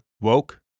Woke